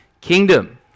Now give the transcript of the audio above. kingdom